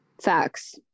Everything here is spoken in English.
Facts